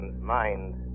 mind